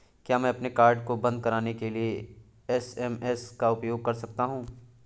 क्या मैं अपने कार्ड को बंद कराने के लिए एस.एम.एस का उपयोग कर सकता हूँ?